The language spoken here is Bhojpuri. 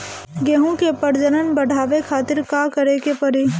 गेहूं के प्रजनन बढ़ावे खातिर का करे के पड़ी?